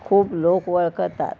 खूब लोक वळखतात